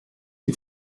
die